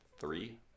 Three